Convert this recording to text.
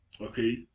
Okay